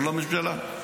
לא לממשלה.